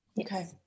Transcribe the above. okay